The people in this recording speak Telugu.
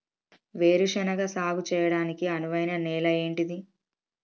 వేరు శనగ సాగు చేయడానికి అనువైన నేల ఏంటిది?